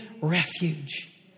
refuge